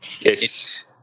Yes